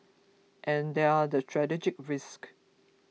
and there are the strategic risks